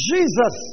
Jesus